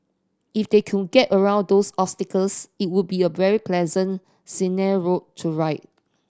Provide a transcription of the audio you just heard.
if they could get around these obstacles it would be a very pleasant route to ride